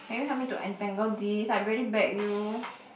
can you help me to untangle this I already begged you